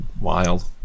Wild